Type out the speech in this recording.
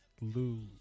Lose